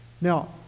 Now